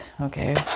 okay